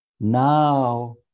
Now